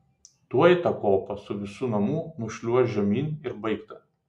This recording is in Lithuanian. tuoj tą kopą su visu namu nušliuoš žemyn ir baigta